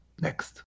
Next